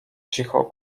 cicho